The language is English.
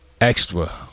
extra